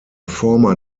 former